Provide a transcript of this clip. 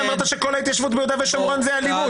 שאמרת שכל ההתיישבות ביהודה ושומרון היא אלימות,